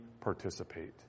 participate